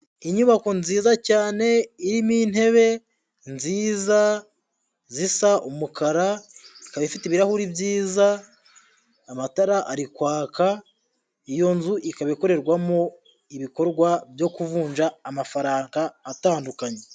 Inyubako nziza cyane irimo intebe nziza zisa umukara, ikaba ifite ibirahuri byiza, amatara ari kwaka, iyo nzu ikaba ikorerwamo ibikorwa byo kuvunja amafaranga atandukanye.